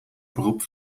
beroep